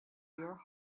your